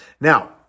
Now